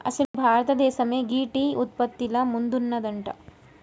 అసలు భారతదేసమే గీ టీ ఉత్పత్తిల ముందున్నదంట